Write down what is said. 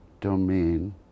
domain